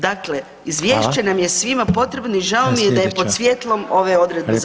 Dakle Izvješće nam je svima [[Upadica: Hvala.]] potrebno i žao mi je da je pod svjetlom [[Upadica: Sljedeća replika…]] ove odredbe zakona.